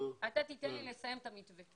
תן לי לסיים את המתווה.